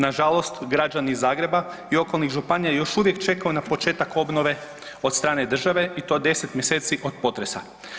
Nažalost građani Zagreba i okolnih županija još uvijek čekaju na početak obnove od strane države i to 10 mjeseci od potresa.